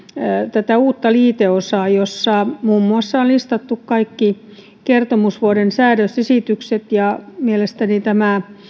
tätä uutta liiteosaa jossa muun muassa on listattu kaikki kertomusvuoden säädösesitykset mielestäni